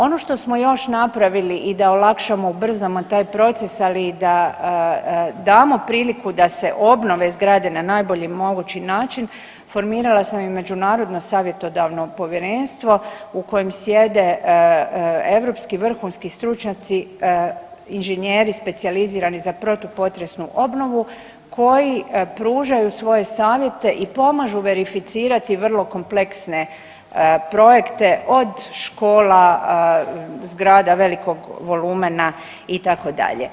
Ono što smo još napravili i da olakšamo i ubrzamo taj proces, ali i da damo priliku da se obnove zgrade na najbolji mogući način formirala sam i međunarodno savjetodavno povjerenstvo u kojem sjede europski vrhunski stručnjaci, inženjeri specijalizirani za protupotresnu obnovu koji pružaju svoje savjete i pomažu verificirati vrlo kompleksne projekte od škola, zgrada velikog volumena itd.